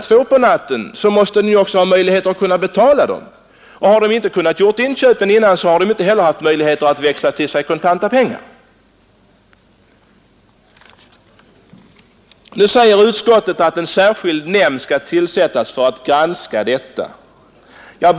2 på natten måste han ju också ha möjlighet att betala dem, och har han inte kunnat göra inköpet tidigare så har han inte heller haft möjlighet att växla till sig kontanta pengar. Nu säger utskottet att en särskild nämnd skall tillsättas för att granska situationen.